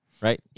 right